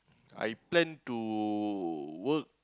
I plan to work